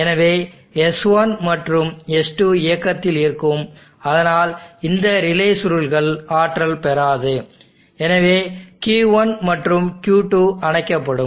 எனவே S1 மற்றும் S2 இயக்கத்தில் இருக்கும் அதனால் இந்த ரிலே சுருள்கள் ஆற்றல் பெறாது எனவே Q1 மற்றும் Q2 அணைக்கப்படும்